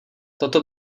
toto